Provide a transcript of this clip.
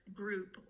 group